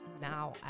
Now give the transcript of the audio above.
now